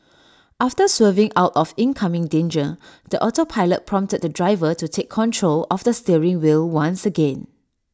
after swerving out of incoming danger the autopilot prompted the driver to take control of the steering wheel once again